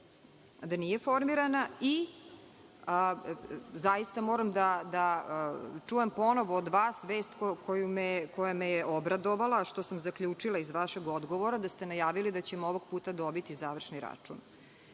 da nije formirana, i zaista moram da čujem ponovo od vas vest koja me je obradovala, što sam zaključila iz vašeg odgovora, da ste najavili da ćemo ovog puta dobiti završni račun.